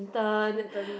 intern